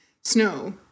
snow